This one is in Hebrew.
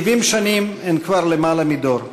70 שנים הם כבר למעלה מדור.